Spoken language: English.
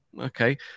Okay